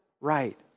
right